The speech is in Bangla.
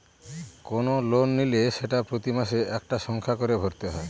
কোনো লোন নিলে সেটা প্রতি মাসে একটা সংখ্যা করে ভরতে হয়